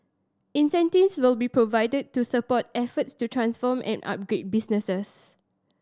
incentives will be provided to support efforts to transform and upgrade businesses